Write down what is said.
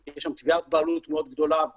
יש שם תביעת בעלות מאוד גדולה.